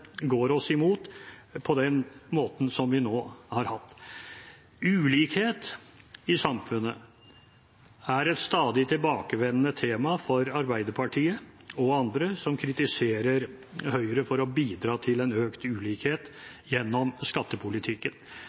går oss imot på den måten som vi nå har opplevd. Ulikhet i samfunnet er et stadig tilbakevendende tema for Arbeiderpartiet og andre som kritiserer Høyre for å bidra til økt ulikhet gjennom skattepolitikken.